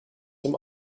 dem